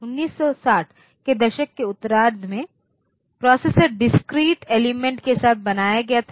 1960 के दशक के उत्तरार्ध में प्रोसेसर डिस्क्रीट एलिमेंट के साथ बनाया गया था